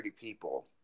people